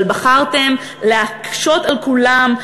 אבל בחרתם להקשות על כולם,